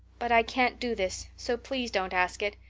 but i can't do this, so please don't ask it.